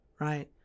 right